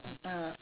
mm uh